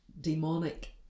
demonic